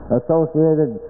associated